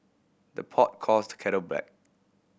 the pot calls the kettle black